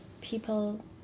people